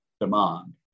demand